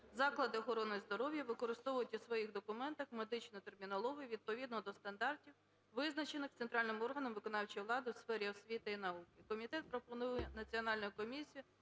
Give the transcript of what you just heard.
"Заклади охорони здоров’я використовують у своїх документах медичну термінологію відповідно до стандартів, визначених центральним органом виконавчої влади у сфері освіти та науки". Комітет пропонує "Національну комісію